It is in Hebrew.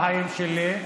בחיים שלי.